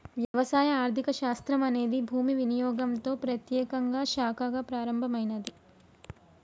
వ్యవసాయ ఆర్థిక శాస్త్రం అనేది భూమి వినియోగంతో ప్రత్యేకంగా శాఖగా ప్రారంభమైనాది